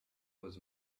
was